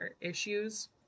issues